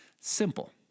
Simple